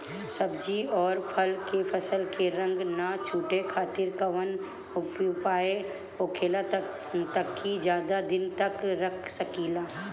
सब्जी और फल के फसल के रंग न छुटे खातिर काउन उपाय होखेला ताकि ज्यादा दिन तक रख सकिले?